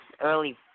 early